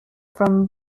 from